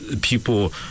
people